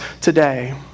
today